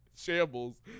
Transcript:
shambles